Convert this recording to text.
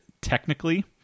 technically